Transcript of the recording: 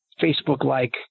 Facebook-like